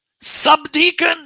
subdeacon